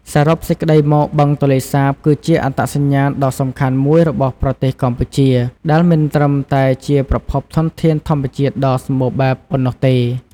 សរុបសេចក្តីមក បឹងទន្លេសាបគឺជាអត្តសញ្ញាណដ៏សំខាន់មួយរបស់ប្រទេសកម្ពុជា ដែលមិនត្រឹមតែជាប្រភពធនធានធម្មជាតិដ៏សម្បូរបែបប៉ុណ្ណោះទេ។